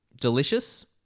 Delicious